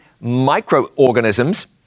microorganisms